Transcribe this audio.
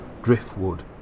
Driftwood